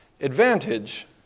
advantage